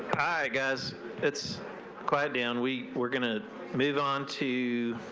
hi guys it's quite down we were going to move on to